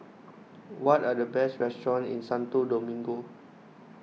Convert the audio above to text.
what are the best restaurants in Santo Domingo